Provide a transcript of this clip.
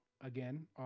again